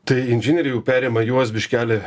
tai inžinieriai jau perima juos biškeli kaip